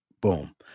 Boom